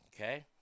okay